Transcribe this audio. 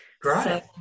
Great